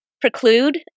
preclude